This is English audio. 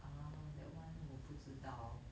ah that one 我不知道